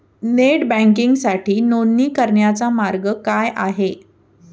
Net बँकिंगसाठी नोंदणी करण्याचा मार्ग काय आहे?